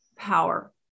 power